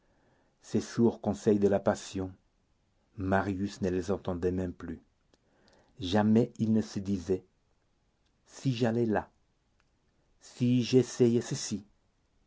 ces sourds conseils de la passion marius ne les entendait même plus jamais il ne se disait si j'allais là si j'essayais ceci